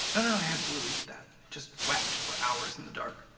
i don't know. absolutely. that just wept for hours in the dark